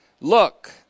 Look